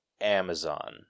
Amazon